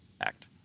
act